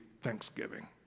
Thanksgiving